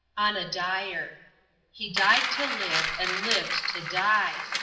on a dyer he died to live and lived to dye.